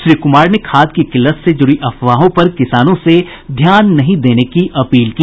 श्री कुमार ने खाद की किल्लत से जुड़ी अफवाहों पर किसानों से ध्यान नहीं देने की अपील की